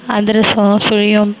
அதிரசம் சுழியம்